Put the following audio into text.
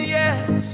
yes